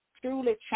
truly